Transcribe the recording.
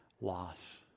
loss